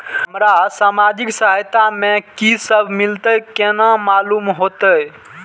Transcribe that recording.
हमरा सामाजिक सहायता में की सब मिलते केना मालूम होते?